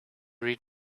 read